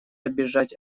обижать